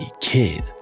kid